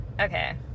Okay